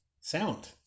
sound